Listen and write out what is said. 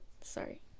sorry